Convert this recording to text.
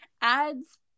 ads